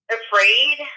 afraid